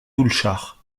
doulchard